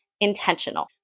intentional